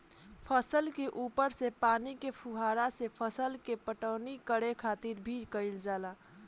फसल के ऊपर से पानी के फुहारा से फसल के पटवनी करे खातिर भी कईल जाला